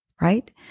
right